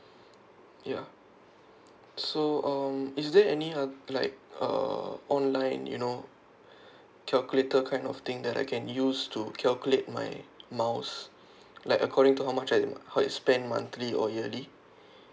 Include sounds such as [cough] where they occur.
ya so um is there any other like uh online you know [breath] calculator kind of thing that I can use to calculate my miles like according to how much I how I spend monthly or yearly